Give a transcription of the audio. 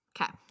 Okay